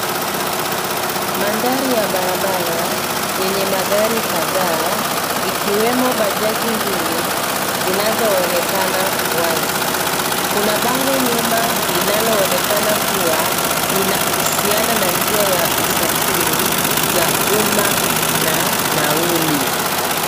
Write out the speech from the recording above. Mandhari ya barabara yenye magari kadhaa ikiwemo bajaji mbili zinazoonekana wazi. Kuna bango nyuma linaloonekana kuwa linahusiana na njia ya usafiri za umma na nauli.